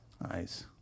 Nice